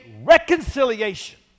reconciliation